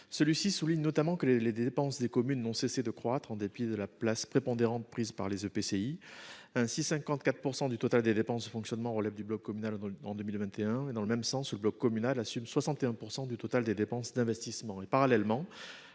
Celui-ci souligne notamment que les dépenses des communes n'ont cessé de croître, en dépit de la place prépondérante prise par les EPCI. Ainsi, 54 % du total des dépenses de fonctionnement relevait du bloc communal en 2021. Dans le même sens, le bloc communal assume 61 % du total des dépenses d'investissement.